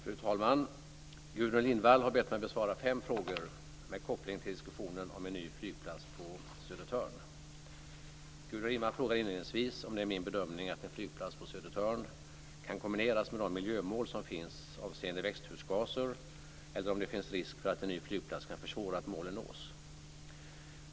Fru talman! Gudrun Lindvall har bett mig att besvara fem frågor med koppling till diskussionen om en ny flygplats på Södertörn. Gudrun Lindvall frågar inledningsvis om det är min bedömning att en flygplats på Södertörn kan kombineras med de miljömål som finns avseende växthusgaser eller om det finns risk för att en ny flygplats kan försvåra att målen nås.